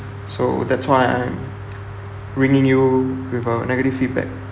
so that's why I'm ringing you with a negative feedback